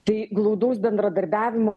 tai glaudaus bendradarbiavimo